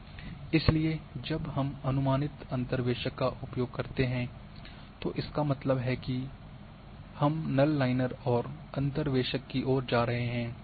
इसलिए जब हम अनुमानित अंतर्वेशक का उपयोग करते हैं तो इसका मतलब है कि हम नल लाइनर और अंतर्वेशक की ओर जा रहे हैं